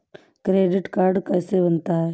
Credit card कैसे बनता है?